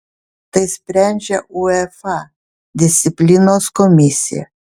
tai sprendžia uefa disciplinos komisija